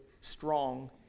strong